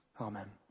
Amen